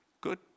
Good